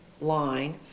line